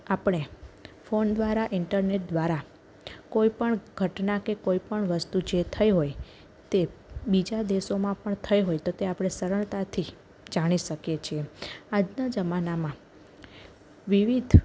આપણે ફોન દ્વારા ઇન્ટરનેટ દ્વારા કોઈ પણ ઘટના કે કોઈ પણ વસ્તુ જે થઈ હોય તે બીજા દેશોમાં પણ થઈ હોય તો તે આપણે સરળતાથી જાણી શકીએ છીએ આજના જમાનામાં વિવિધ